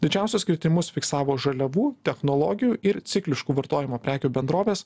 didžiausius kritimus fiksavo žaliavų technologijų ir cikliškų vartojimo prekių bendrovės